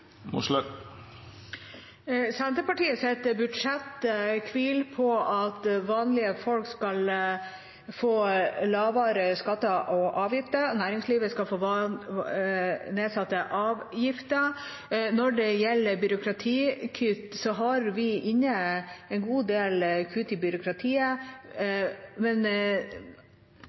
budsjett hviler på at vanlige folk skal få lavere skatter og avgifter. Næringslivet skal få nedsatte avgifter. Når det gjelder byråkratikutt, har vi inne en god del kutt i byråkratiet,